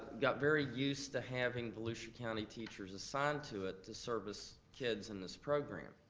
got very used to having volusia county teachers assigned to it to service kids in this program.